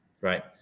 right